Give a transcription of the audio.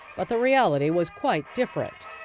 but the reality was quite different.